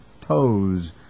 toes